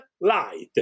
light